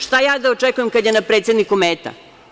Šta ja da očekujem kad je na predsedniku meta?